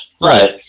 Right